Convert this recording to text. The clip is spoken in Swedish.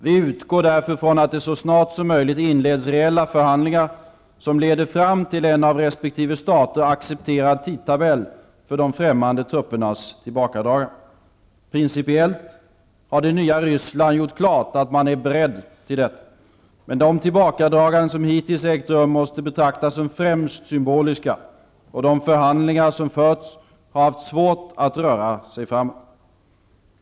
Vi utgår från att det så snart som möjligt inleds reella förhandlingar som leder fram till en av resp. Principiellt har det nya Ryssland gjort klart att man är beredd till detta. Men de tillbakadraganden som hittills ägt rum måste betraktas som främst symboliska. Och de förhandlingar som förts har haft svårt att röra sig framåt.